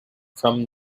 from